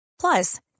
Plus